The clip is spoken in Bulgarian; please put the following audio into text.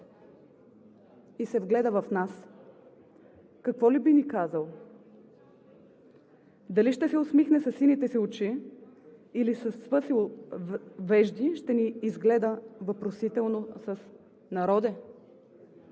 и се вгледа в нас, какво ли би ни казал?! Дали ще се усмихне със сините си очи, или свъсил вежди ще ни изгледа въпросително с: „Народе????“